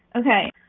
Okay